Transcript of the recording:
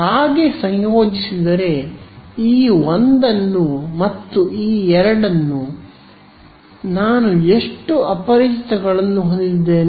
ಹಾಗೆ ಸಂಯೋಜಿಸಿದರೆ ಈ 1 ಅನ್ನು ಮತ್ತು ಈ 2 ನಾನು ಎಷ್ಟು ಅಪರಿಚಿತಗಳನ್ನು ಹೊಂದಿದ್ದೇನೆ